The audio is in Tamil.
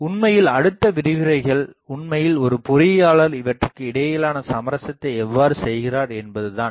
உண்மையில் அடுத்த விரிவுரைகள் உண்மையில் ஒரு பொறியியலாளர் இவற்றுக்கு இடையிலான சமரசத்தை எவ்வாறு செய்கிறார் என்பதுதான்